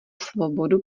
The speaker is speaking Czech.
svobodu